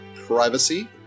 privacy